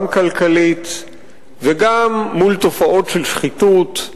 גם כלכלית, וגם מול תופעות של שחיתות,